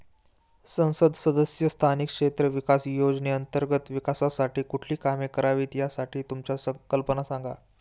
संसद सदस्य स्थानिक क्षेत्र विकास योजने अंतर्गत विकासासाठी कुठली कामे करावीत, यासाठी तुमच्या कल्पना सांगा